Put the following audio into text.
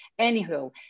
Anywho